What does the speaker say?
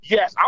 Yes